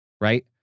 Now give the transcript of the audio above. right